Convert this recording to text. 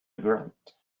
grunt